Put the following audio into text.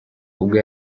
ubwo